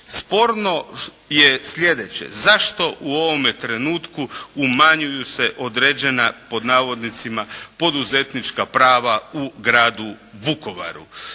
Sporno je sljedeće. Zašto u ovome trenutku umanjuju se određena pod navodnicima, poduzetnička prava u gradu Vukovaru.